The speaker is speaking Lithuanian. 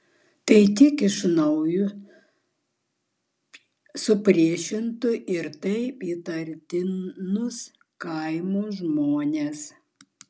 tai tik iš naujo supriešintų ir taip įaitrintus kaimo žmones